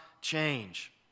change